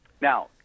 Now